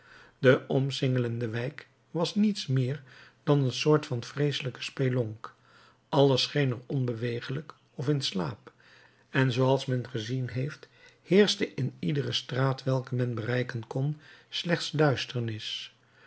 de omsingelde wijk was niets meer dan een soort van vreeselijke spelonk alles scheen er onbewegelijk of in slaap en zooals men gezien heeft heerschte in iedere straat welke men bereiken kon slechts duisternis